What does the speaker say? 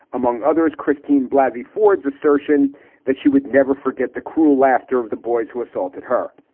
among others, christine blazey ford's assertion that she would never forget the cruel laughter of the boys who assaulted her.